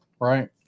right